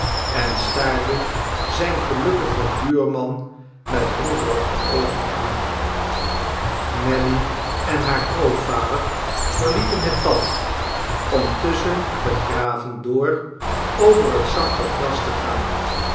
en staarde zijn gelukkigen buurman met hongerige oogen aan nelly en haar grootvader verlieten het pad om tusschen de graven door over het zachte gras te gaan